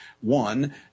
One